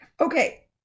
Okay